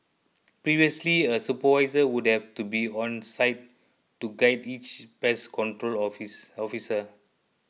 previously a supervisor would have to be on site to guide each pest control office officer